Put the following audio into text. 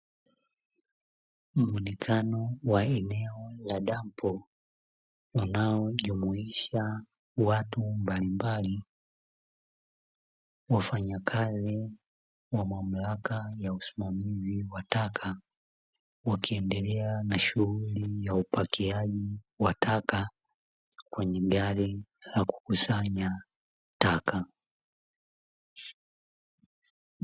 Muonekano wa eneo la dampo, unaojumuisha watu mbalimbali; wafanyakazi wa mamlaka ya usimamizi wa taka, wakiendelea na shughuli ya upakiaji wa taka kwenye gari la kukusanya taka.